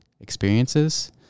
experiences